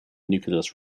nucleus